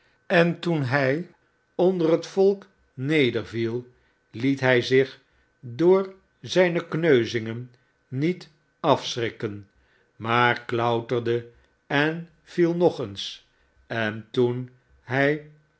m toen hij onder het volk nederviel liet hij zich door zijne kneuzmgen niet afschrikken maar klouterde en viel nog eens en toen hij